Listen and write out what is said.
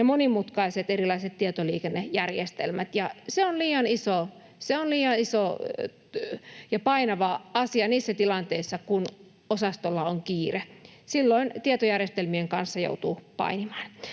ne monimutkaiset erilaiset tietoliikennejärjestelmät, ja se on liian iso ja painava asia niissä tilanteissa, kun osastolla on kiire. Silloin tietojärjestelmien kanssa joutuu painimaan.